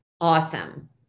awesome